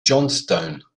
johnstone